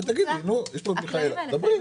מיכאלה, דברי.